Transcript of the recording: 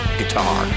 guitar